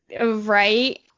Right